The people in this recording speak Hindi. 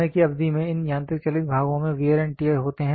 समय की अवधि में इन यांत्रिक चलित भागों में वेयर एंड टियर होते हैं